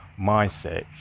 mindset